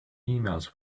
emails